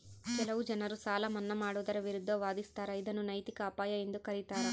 ಕೆಲವು ಜನರು ಸಾಲ ಮನ್ನಾ ಮಾಡುವುದರ ವಿರುದ್ಧ ವಾದಿಸ್ತರ ಇದನ್ನು ನೈತಿಕ ಅಪಾಯ ಎಂದು ಕರೀತಾರ